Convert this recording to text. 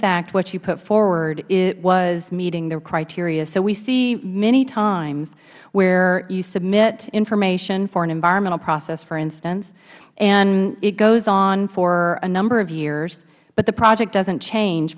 fact what you put forward was meeting the criteria so we see many times where you submit information for an environmental process for instance and it goes on for a number of years but the project doesnt change